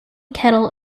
kettle